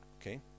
Okay